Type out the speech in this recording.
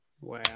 Wow